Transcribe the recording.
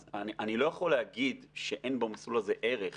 אז אני לא יכול להגיד שאין במסלול הזה ערך